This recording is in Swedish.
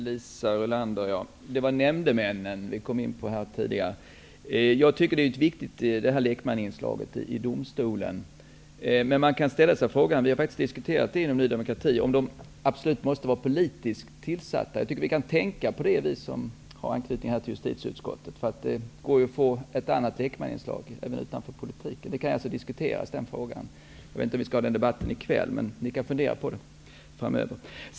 Herr talman! Vi kom in på nämndemännen tidigare, Liisa Rulander. Jag tycker att lekmannainslaget i domstolen är viktigt, men man kan ställa sig frågan -- vi har faktiskt diskuterat det inom Ny demokrati -- om de absolut måste vara politiskt tillsatta. Jag tycker att vi som har anknytning till justitieutskottet kan tänka på det. Det går att få ett lekmannainslag även utanför politiken. Den frågan kan alltså diskuteras. Jag vet inte om vi skall ha den debatten i kväll, men ni kan fundera på det framöver.